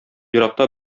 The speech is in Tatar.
еракта